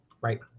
Right